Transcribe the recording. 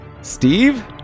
Steve